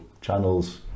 channels